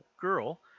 girl